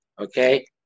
okay